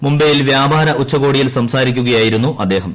മുംബൈയിൽ വ്യാപാര ഉച്ചകോടിയിൽ സംസാരിക്കുകയായിരുന്നു അദ്ദേഹം